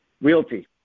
Realty